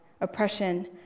oppression